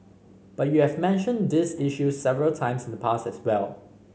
but you have mentioned these issues several times in the past as well